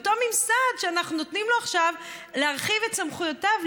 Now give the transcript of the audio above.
אותו ממסד שאנחנו נותנים לו עכשיו להרחיב את סמכויותיו,